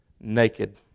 naked